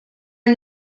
are